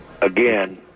Again